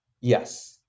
Yes